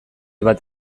bat